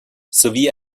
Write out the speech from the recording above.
sowie